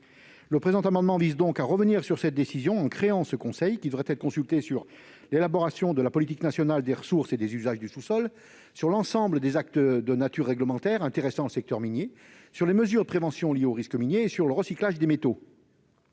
Le présent amendement vise à revenir sur cette décision. Le conseil devrait être consulté sur l'élaboration de la politique nationale des ressources et des usages du sous-sol, l'ensemble des actes de nature réglementaire intéressant le secteur minier, les mesures de prévention liées aux risques miniers et le recyclage des métaux.